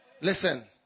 Listen